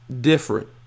different